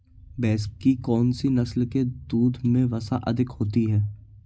भैंस की कौनसी नस्ल के दूध में वसा अधिक होती है?